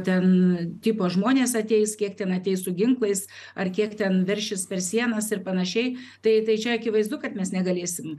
ten tipo žmonės ateis kiek ten ateis su ginklais ar kiek ten veršis per sienas ir panašiai tai tai čia akivaizdu kad mes negalėsim